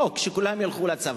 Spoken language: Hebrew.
חוק שכולם ילכו לצבא.